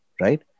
right